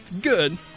Good